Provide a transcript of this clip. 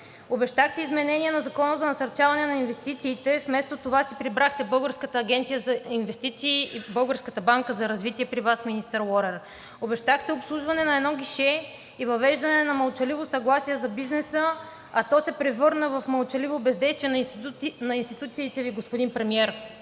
Обещахте изменение на Закона за насърчаване на инвестициите, вместо това си прибрахте Българска агенция за инвестиции и Българска банка за развитие при Вас, министър Лорер. Обещахте обслужване на едно гише и въвеждане на мълчаливо съгласие за бизнеса, а то се превърна в мълчаливо бездействие на институциите Ви, господин Премиер.